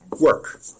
Work